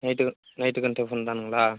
நைட்டுக்கு நைட்டுக்கும் டிஃபன்தானுங்களா